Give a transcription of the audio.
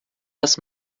das